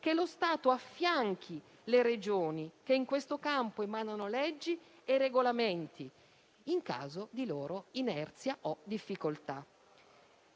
che lo Stato affianchi le Regioni, che in questo campo emanano leggi e regolamenti, in caso di loro inerzia o difficoltà.